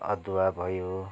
अदुवा भयो